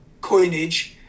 coinage